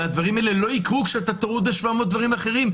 והדברים האלה לא יקרו כשאתה טרוד ב-700 דברים אחרים,